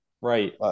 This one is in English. Right